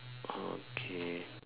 okay